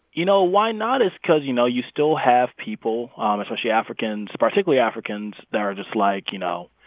you know, why not is cause, you know, you still have people, um especially africans particularly africans, that are just like, you know,